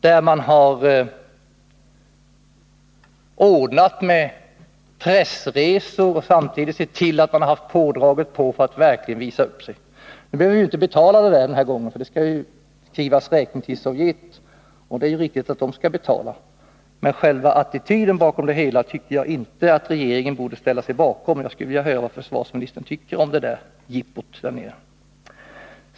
Där man har ordnat med pressresor och samtidigt sett till att man haft pådrag för att verkligen visa upp sig. Nu behöver vi inte betala detta den här gången, för det skall skrivas räkning till Sovjet — och det är ju riktigt att Sovjet skall betala. Men själva attityden bakom det hela tycker jag inte att regeringen borde ställa sig bakom, och jag skulle alltså vilja höra vad försvarsministern tycker om detta jippo där nere.